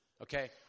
Okay